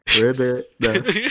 Ribbit